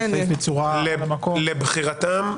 לבחירתם.